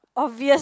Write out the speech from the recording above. obvious